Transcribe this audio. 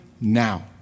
now